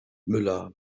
müller